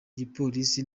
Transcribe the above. igipolisi